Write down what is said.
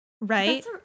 Right